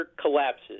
collapses